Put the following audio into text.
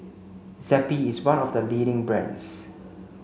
Zappy is one of the leading brands